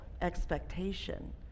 expectation